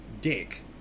dick